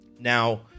Now